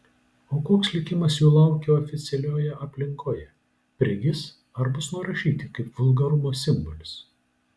o koks likimas jų laukia oficialioje aplinkoje prigis ar bus nurašyti kaip vulgarumo simbolis